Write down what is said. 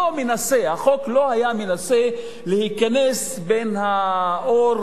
החוק לא ניסה להיכנס בין העור